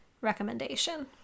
recommendation